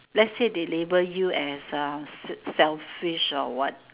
let's say they label you as a selfish or what